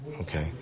Okay